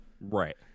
right